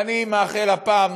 ואני מאחל הפעם